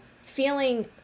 feeling